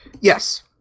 Yes